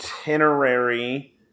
itinerary